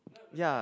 ya